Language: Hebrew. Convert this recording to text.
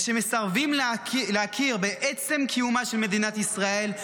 ושמסרבים להכיר בעצם קיומה של מדינת ישראל,